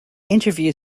interview